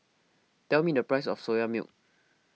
tell me the price of Soya Milk